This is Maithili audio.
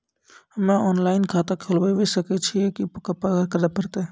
हम्मे ऑफलाइन खाता खोलबावे सकय छियै, की करे परतै?